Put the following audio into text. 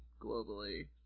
globally